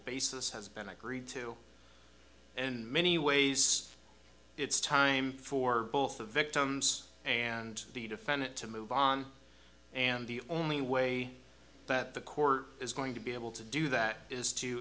basis has been agreed to in many ways it's time for both of victims and the defendant to move on and the only way that the court is going to be able to do that is to